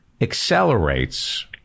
accelerates